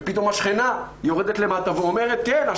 ופתאום השכנה יורדת למטה ואומרת: כן,